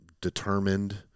determined